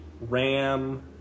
Ram